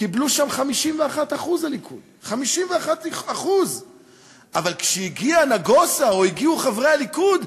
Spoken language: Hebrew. קיבל שם הליכוד 51%. 51%. אבל כשהגיע נגוסה או הגיעו חברי הליכוד,